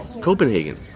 Copenhagen